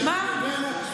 שאנחנו הבאנו,